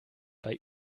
bei